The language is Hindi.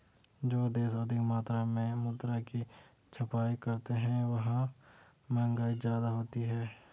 जो देश अधिक मात्रा में मुद्रा की छपाई करते हैं वहां महंगाई ज्यादा होती है